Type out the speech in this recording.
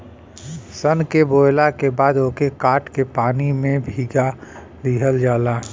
सन के बोवला के बाद ओके काट के पानी में भीगा दिहल जाला